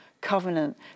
covenant